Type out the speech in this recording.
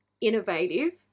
innovative